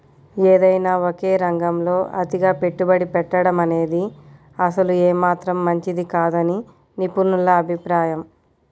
ఏదైనా ఒకే రంగంలో అతిగా పెట్టుబడి పెట్టడమనేది అసలు ఏమాత్రం మంచిది కాదని నిపుణుల అభిప్రాయం